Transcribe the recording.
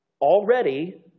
already